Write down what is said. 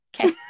Okay